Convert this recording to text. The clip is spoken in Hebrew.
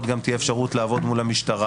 גם תהיה את האפשרות לעבוד מול המשטרה,